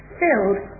filled